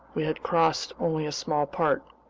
we had crossed only a small part.